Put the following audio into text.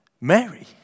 Mary